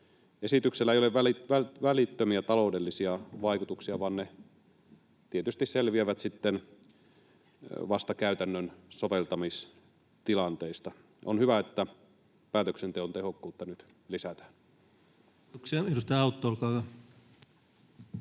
Esityksellä ei ole välittömiä taloudellisia vaikutuksia, vaan ne tietysti selviävät sitten vasta käytännön soveltamistilanteista. On hyvä, että päätöksenteon tehokkuutta nyt lisätään. [Speech